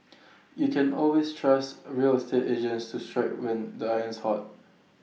you can always trust A real estate agents to strike when the iron's hot